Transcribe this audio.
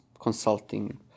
consulting